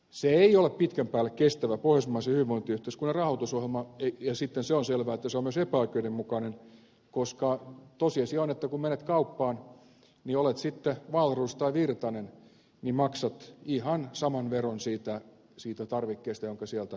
se ei ole pitkän päälle kestävä pohjoismaisen hyvinvointiyhteiskunnan rahoitusohjelma ja sitten se on selvää että se on myös epäoikeudenmukainen koska tosiasia on että kun menet kauppaan olet sitten wahlroos tai virtanen niin maksat ihan saman veron siitä tarvikkeesta jonka sieltä ostat